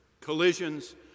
Collisions